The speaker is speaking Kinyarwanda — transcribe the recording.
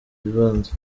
bibanza